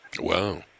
Wow